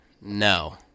No